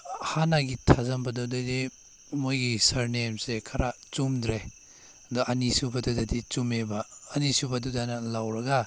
ꯍꯥꯟꯅꯒꯤ ꯊꯥꯖꯤꯟꯕꯗꯣ ꯑꯗꯨꯗꯤ ꯃꯣꯏꯒꯤ ꯁꯔꯅꯦꯝꯁꯦ ꯈꯔ ꯆꯨꯝꯗ꯭ꯔꯦ ꯑꯗ ꯑꯅꯤꯁꯨꯕꯗꯗꯤ ꯆꯨꯝꯃꯦꯕ ꯑꯅꯤꯁꯨꯕꯗꯨꯗꯅ ꯂꯧꯔꯒ